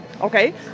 okay